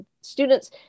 Students